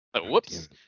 Whoops